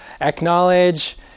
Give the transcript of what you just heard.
acknowledge